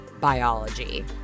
biology